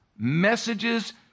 Messages